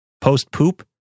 post-poop